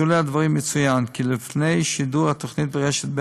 בשולי הדברים יצוין כי לפני שידור התוכנית ברשת ב'